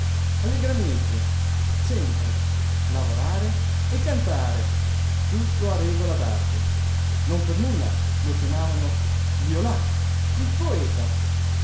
allegramente sempre lavorare e cantare tutto a regola d'arte non per nulla lo chiamavano liolà il poeta